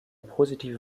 positive